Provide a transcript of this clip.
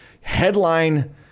headline